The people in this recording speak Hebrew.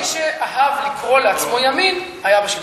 אדייק: מי שאהב לקרוא לעצמו ימין היה בשלטון.